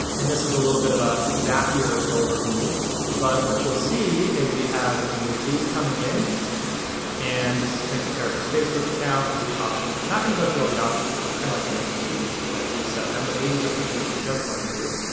and this is a bit of a zapier overview but what you'll see is we have new lead coming in and this is connect to paracore's facebook account, these are the options. i'm not gonna go through all the options because it kind of like makes you like reset them but these are the things we just went through.